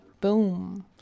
boom